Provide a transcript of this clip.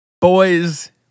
Boys